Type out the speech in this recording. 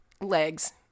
Legs